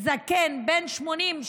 זקן בן 80,